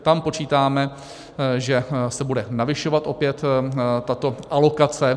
Tam počítáme, že se bude navyšovat opět tato alokace.